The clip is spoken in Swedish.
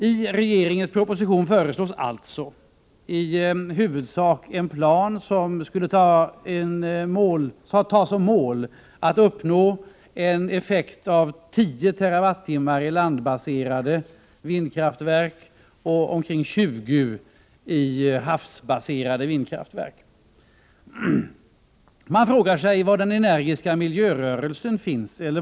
I regeringens proposition föreslås alltså i huvudsak en plan, som skulle ha såsom mål att man skulle uppnå en effekt av 10 TWh i landbaserade vindkraftverk och omkring 20 TWh i havsbaserade vindkraftverk. Man frågar sig var den energiska miljörörelsen finns?